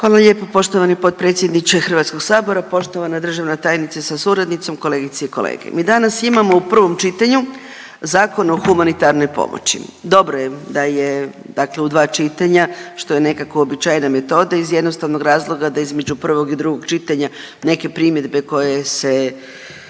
Hvala lijepo poštovani potpredsjedniče Hrvatskog sabora. Poštovana državna tajnice sa suradnicom, kolegice i kolege, mi danas imamo u prvom čitanju Zakon o humanitarnoj pomoći. Dobro je da je dakle u dva čitanja što je nekako uobičajena metoda iz jednostavnog razloga da između prvog i drugog čitanja neke primjedbe koje se,